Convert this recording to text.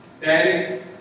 Daddy